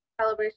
Calibration